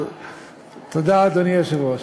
תודה, אדוני היושב-ראש.